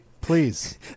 Please